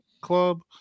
Club